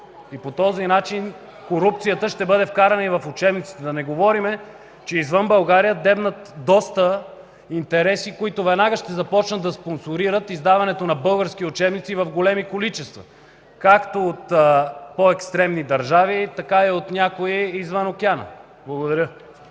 По този начин корупцията ще бъде вкарана и в учебниците. Да не говорим, че извън България дебнат доста интереси, които веднага ще започнат да спонсорират издаването на български учебници в големи количества – както от по-екстремни държави, така и от някои извън океана. Благодаря.